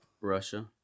Russia